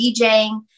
DJing